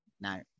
No